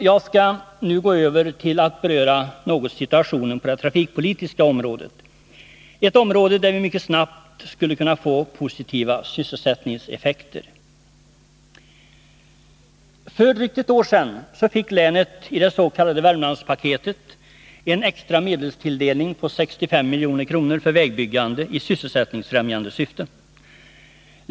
Jag skall nu gå över till att något beröra situationen på det trafikpolitiska området, ett område där vi mycket snabbt skulle kunna få positiva sysselsättningseffekter. För drygt ett år sedan fick länet i det s.k. Värmlandspaketet en extra medelstilldelning på 65 milj.kr. för vägbyggande i sysselsättningsfrämjande syfte.